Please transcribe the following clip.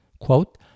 quote